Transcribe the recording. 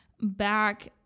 back